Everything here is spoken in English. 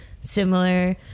similar